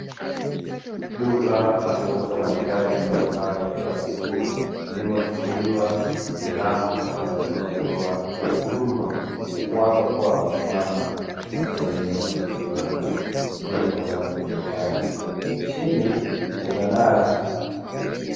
Duka la kuuza mahitaji mbalimbali ya kila siku limefunguliwa milango kwa ajili ya kutoa huduma, huku watu wakiwa wamesimama wakiendelea kupatiwa vitu wanavyovihitaji. Chini kuna nazi.